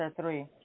three